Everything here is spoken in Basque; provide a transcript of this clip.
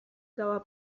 gaua